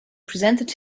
presented